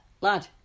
lad